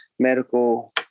medical